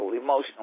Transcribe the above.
emotional